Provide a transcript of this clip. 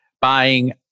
buying